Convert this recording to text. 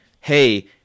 hey